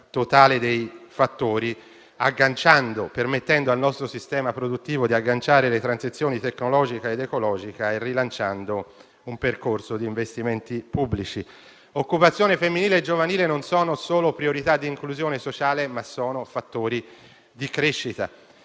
dei fattori, permettendo al nostro sistema produttivo di agganciare le transizioni tecnologica ed ecologica e rilanciando un percorso di investimenti pubblici. L'occupazione femminile e giovanile non costituiscono soltanto priorità di inclusione sociale, ma sono fattori di crescita.